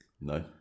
No